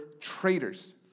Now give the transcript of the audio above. traitors